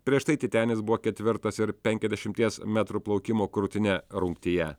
prieš tai titenis buvo ketvirtas ir penkiasdešimties metrų plaukimo krūtine rungtyje